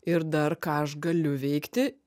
ir dar ką aš galiu veikti